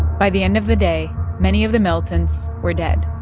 by the end of the day, many of the militants were dead,